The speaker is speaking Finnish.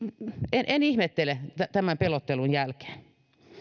en en ihmettele tämän pelottelun jälkeen